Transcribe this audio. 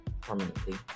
permanently